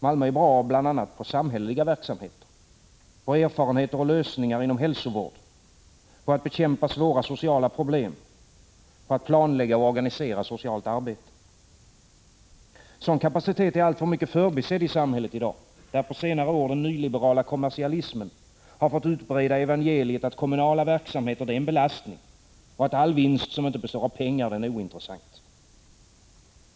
Malmö är bra på bl.a. samhälleliga verksamheter, på att ta till vara erfarenheter och finna lösningar inom hälsovård, på att bekämpa svåra sociala problem, på att planlägga och organisera socialt arbete. Sådan kapacitet är alltför mycket förbisedd i samhället, där på senare år den nyliberala kommersialismen har fått utbreda evangeliet att kommunala verksamheter är en belastning och att all vinst som inte består av pengar är ointressant.